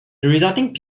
resulting